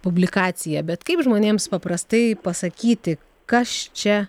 publikaciją bet kaip žmonėms paprastai pasakyti kas čia